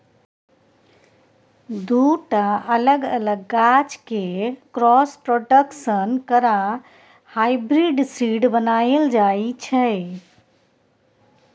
दु टा अलग अलग गाछ केँ क्रॉस प्रोडक्शन करा हाइब्रिड सीड बनाएल जाइ छै